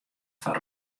foar